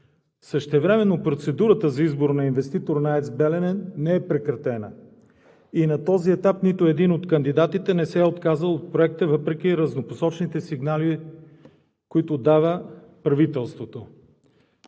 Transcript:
Същевременно процедурата за избор на инвеститор на АЕЦ „Белене“ не е прекратена. На този етап нито един от кандидатите не се е отказал от Проекта въпреки разнопосочните сигнали, които дава правителството.